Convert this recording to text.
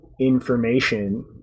information